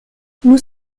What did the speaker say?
nous